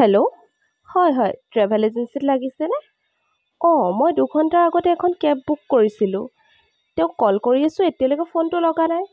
hello হয় হয় travel এজেঞ্চিত লাগিছেনে অ' মই দুঘণ্টাৰ আগতে এখন কেব বুক কৰিছিলো তেওঁক কল কৰি আছো এতিয়ালৈকে ফোনটো লগা নাই